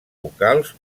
vocals